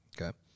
Okay